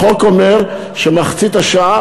החוק אומר מחצית השעה,